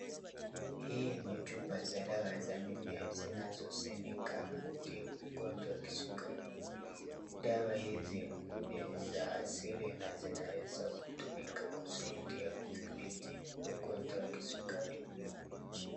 Hii ni chupa za dawa za mimea zinazosemekana kutibu ugonjwa wa kisukari, dawa hizi ni za asili na zinaweza kutumika kusaidia kudhibiti ugonjwa wa kisukari.